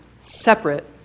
separate